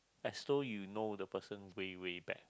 as though you know the person's way way back